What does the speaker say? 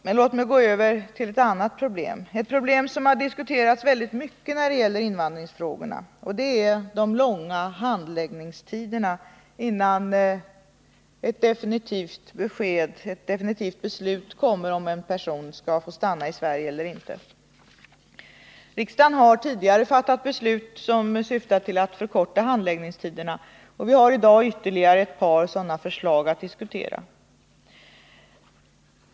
Men låt mig gå över till ett annat problem, som har diskuterats mycket ingående när det gäller invandringsfrågorna, och det är de långa handläggningstiderna innan det kommer ett definitivt beslut om en person skall få stanna i Sverige eller inte. Riksdagen har tidigare fattat beslut som syftar till att förkorta handläggningstiderna. Vi har i dag ytterligare ett par sådana förslag att diskutera.